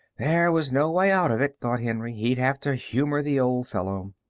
there was no way out of it, thought henry. he'd have to humor the old fellow.